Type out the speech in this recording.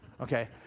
okay